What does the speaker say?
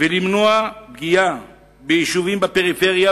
ולמנוע פגיעה חמורה ביישובים בפריפריה,